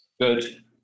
Good